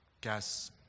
gas